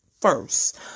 first